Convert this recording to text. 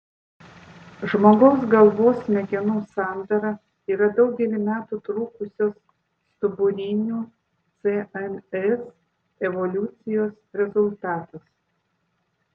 žmogaus galvos smegenų sandara yra daugelį metų trukusios stuburinių cns evoliucijos rezultatas